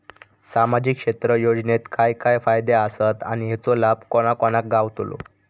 सामजिक क्षेत्र योजनेत काय काय फायदे आसत आणि हेचो लाभ कोणा कोणाक गावतलो?